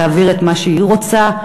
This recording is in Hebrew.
תעביר את מה שהיא רוצה,